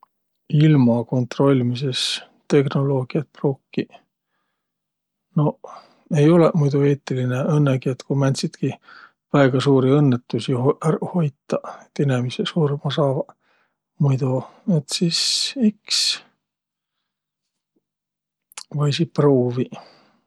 Ilma kontrolmisõs teknoloogiat pruukiq? Noq, ei olõq muido eetiline, õnnõgi et ku määntsitki väega suuri õnnõtuisi ho- ärq hoitaq, et inemiseq surma saavaq muido. Et sis iks võisiq pruuviq.